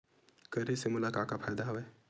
करे से मोला का का फ़ायदा हवय?